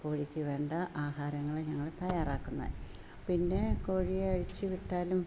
കോഴിക്ക് വേണ്ട ആഹാരങ്ങൾ ഞങ്ങൾ തയ്യാറാക്കുന്നത് പിന്നെ കോഴിയെ അഴിച്ചു വിട്ടാലും